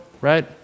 right